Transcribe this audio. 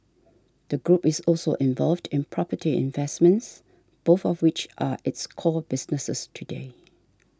the group is also involved in property investments both of which are its core businesses today